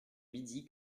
midi